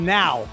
now